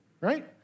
right